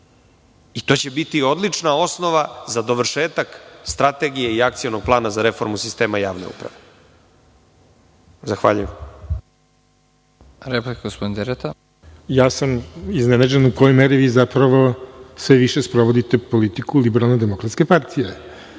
I to će biti odlična osnova za dovršetak strategije i akcionog plana za reformu sistema javne uprave. Zahvaljujem.